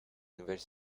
nouvelle